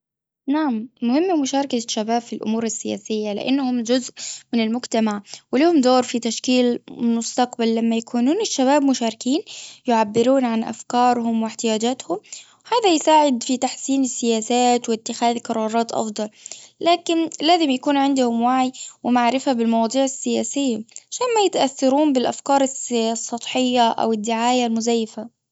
نعم مهم مشاركة الشباب في الأمور السياسية لأنهم جزء من المجتمع. ولهم دور في تشكيل المستقبل لما يكونون الشباب مشاركين يعبرون عن افكارهم وأحتياجاتهم. هذا يساعد في تحسين السياسات وإتخاذ قرارات افضل. لكن لازم يكون عندهم وعي ومعرفة بالمواضيع السياسية علشان ما يتأثرون بالأفكار السياسية -السطحية أو الدعاية المزيفة.